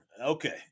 Okay